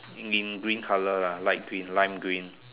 in green green colour lah light green lime green